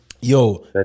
Yo